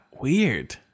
weird